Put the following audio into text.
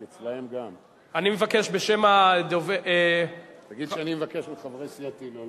מונחת בפניכם הצעת חוק שמטרתה להקים את היכל התנ"ך.